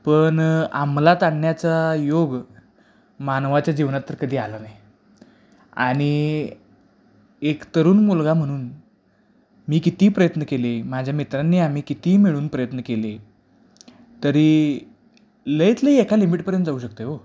पण आमलात आणण्याचा योग मानवाच्या जीवनात तर कधी आला नाही आणि एक तरुण मुलगा म्हणून मी किती प्रयत्न केले माझ्या मित्रांनी आम्ही कितीही मिळून प्रयत्न केले तरी लईत लई एका लिमिटपर्यंत जाऊ शकतय हो